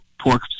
pork